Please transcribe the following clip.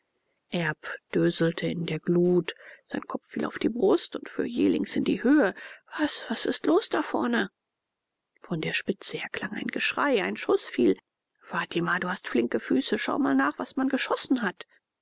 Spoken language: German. dröselte in der glut sein kopf fiel auf die brust und fuhr jählings in die höhe was was ist los da vorne von der spitze her klang ein geschrei ein schuß fiel fatima du hast flinke füße schau mal nach was man geschossen hat